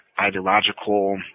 ideological